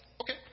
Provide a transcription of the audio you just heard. Okay